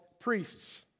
priests